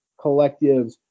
collectives